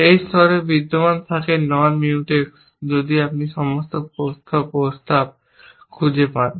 একটি স্তরে বিদ্যমান থাকে নন Mutex যদি আপনি সমস্ত লক্ষ্য প্রস্তাব খুঁজে পান